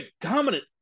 dominant